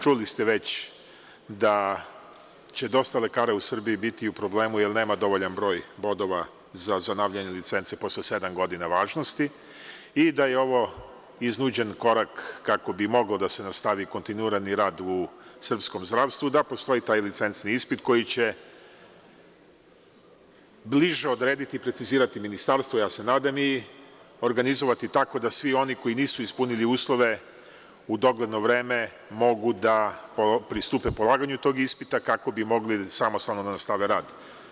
Čuli ste već da će dosta lekara u Srbiji biti u problemu, jer nema dovoljan broj bodova za obnavljanje licence, posle sedam godina važnosti i da je ovo iznuđen korak, kako bi mogao da se nastavi kontinuiran rad u srpskom zdravstvu, da postoji taj licencni ispit koji će bliže odrediti, precizirati Ministarstvu, nadam se i organizovati tako da svi oni koji nisu ispunili uslove u dogledno vreme, mogu da pristupe polaganju tog ispita kako bi mogli samostalno da nastave rad.